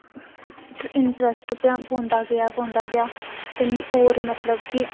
ते इंटरस्ट पौंदा गेआ पौंदा गेआ ते मिगी होर मतलब कि